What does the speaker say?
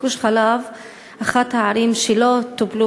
גוש-חלב הוא אחד הכפרים שלא טופלו